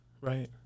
right